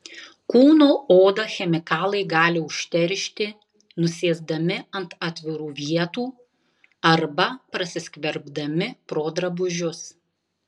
kūno odą chemikalai gali užteršti nusėsdami ant atvirų vietų arba prasiskverbdami pro drabužius